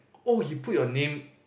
oh he put your name